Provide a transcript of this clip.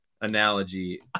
analogy